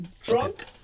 drunk